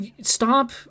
stop